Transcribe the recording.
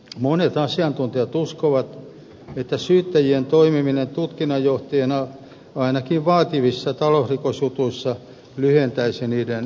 monet asiantuntijat uskovat että syyttäjien toimiminen tutkinnanjohtajina ainakin vaativissa talousrikosjutuissa lyhentäisi niiden käsittelyä